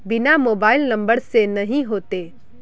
बिना mobile number से नहीं होते?